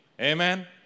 Amen